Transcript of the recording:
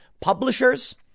publishers